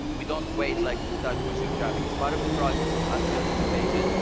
we don't wait like to start pushing traffic, it's part of the process of us building the pages.